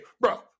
Bro